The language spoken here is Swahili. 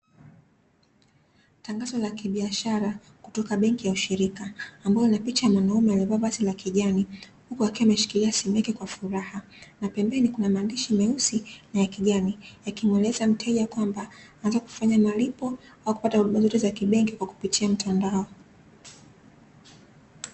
Tangazo la kibiashara kutoka benki ya ushirika ambayo ina picha ya mwanaume aliyevaa vazi la kijani, huku akiwa ameshikilia simu yake kwa furaha na pembeni kuna maandishi meusi na ya kijani, yakimueleza mteja kwamba unaweza kufanya malipo au kupata huduma zote za kibenki kwa kupitia mtandao.